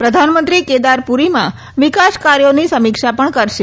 પ્રધાનમંત્રી કેદારપુરીમાં વિકાસકાર્યોની સમીક્ષા પક્ષ કરશે